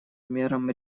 мерам